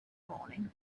morning